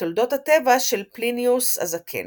ותולדות הטבע של פליניוס הזקן.